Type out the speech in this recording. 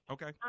Okay